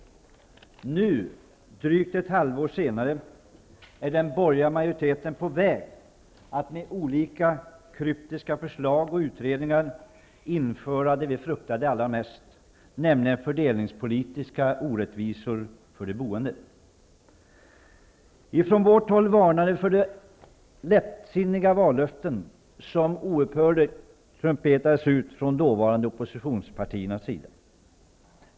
Nu, drygt ett halvår senare, är den borgerliga majoriteten på väg att med olika kryptiska förslag och utredningar införa det vi fruktade allra mest, nämligen fördelningspolitiska orättvisor för de boende. Ifrån vårt håll varnade vi för de lättsinniga vallöften som ouppörligt trumpetades ut från de dåvarande oppositionspartiernas sida.